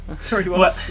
Sorry